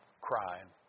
crying